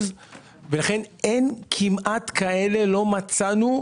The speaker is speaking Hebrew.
לכן אין כמעט כאלה, לא מצאנו.